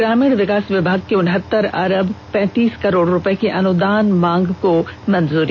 ग्रामीण विकास विभाग की उनहतर अरब पैंतीस करोड़ रूपर्य की अनुदान मांग को मंजूरी